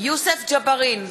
יוסף ג'בארין,